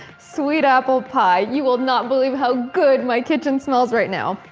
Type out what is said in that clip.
sweet apple pie. you will not believe how good my kitchen smells right now.